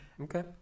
Okay